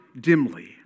dimly